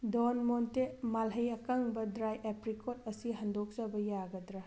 ꯗꯣꯟ ꯃꯣꯟꯇꯦ ꯃꯥꯜꯍꯩ ꯑꯀꯪꯕ ꯗ꯭ꯔꯥꯏꯠ ꯑꯦꯄ꯭ꯔꯤꯀꯣꯠ ꯑꯁꯤ ꯍꯟꯗꯣꯛꯆꯕ ꯌꯥꯒꯗ꯭ꯔꯥ